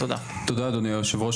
תודה אדוני היושב ראש,